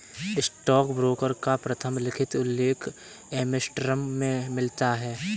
stockbroker का प्रथम लिखित उल्लेख एम्स्टर्डम में मिलता है